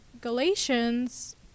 Galatians